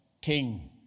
king